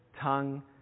tongue